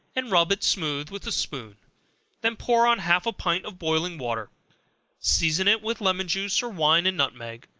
and rub it smooth with a spoon then pour on half a pint of boiling water season it with lemon juice, or wine and nutmeg.